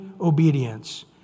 obedience